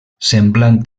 semblant